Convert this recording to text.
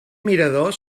mirador